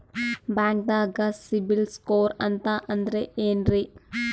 ಬ್ಯಾಂಕ್ದಾಗ ಸಿಬಿಲ್ ಸ್ಕೋರ್ ಅಂತ ಅಂದ್ರೆ ಏನ್ರೀ?